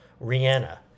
Rihanna